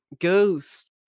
ghost